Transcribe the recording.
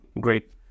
great